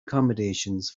accommodations